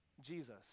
Jesus